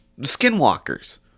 Skinwalkers